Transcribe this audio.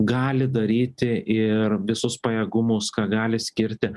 gali daryti ir visus pajėgumus ką gali skirti